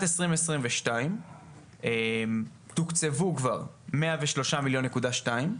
2022 תוקצבו כבר מאה ושלושה מיליון נקודה שתיים.